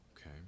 Okay